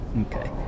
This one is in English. Okay